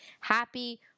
happy